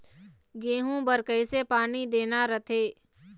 गेहूं बर कइसे पानी देना रथे?